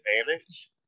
advantage